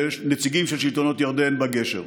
נציגים של שלטונות ירדן בגשר.